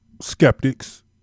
skeptics